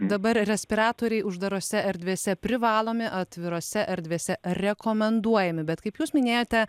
dabar respiratoriai uždarose erdvėse privalomi atvirose erdvėse rekomenduojami bet kaip jūs minėjote